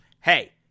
hey